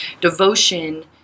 devotion